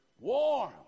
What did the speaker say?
Warm